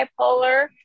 bipolar